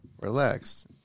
Relax